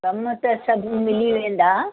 समय ते सभु मिली वेंदा